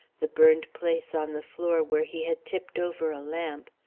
the burned place on the floor where he had tipped over a lamp,